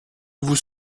vous